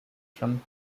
from